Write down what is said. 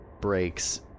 breaks